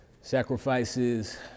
Sacrifices